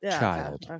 child